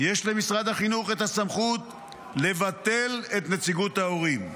יש למשרד החינוך את הסמכות לבטל את נציגות ההורים.